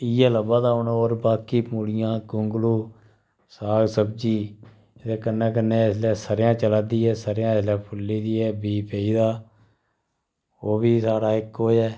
इयै लब्भादा हुन बाकी मूलियां गुंगलु साग सब्जी एह्दै कन्नै कन्नै इसलै सरेआं चलादी ऐ सरेआं इसलै फुव्वी दी ऐ बीऽ पेई दा ऐ ओह् साढ़ा इक ओ ऐ